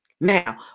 Now